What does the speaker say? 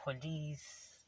police